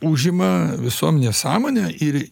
užima visuomenės sąmonę ir